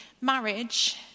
Marriage